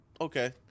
Okay